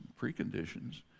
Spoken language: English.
preconditions